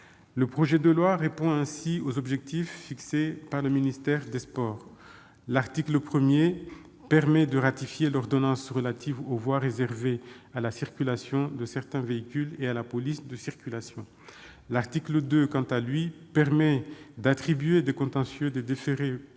Le projet de loi satisfait ainsi aux objectifs fixés par le ministère des sports. L'article 1 ratifie l'ordonnance relative aux voies réservées à la circulation de certains véhicules et à la police de la circulation. L'article 2, quant à lui, attribue les contentieux des déférés